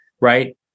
right